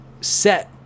set